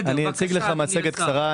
אני אציג את המצגת בקצרה.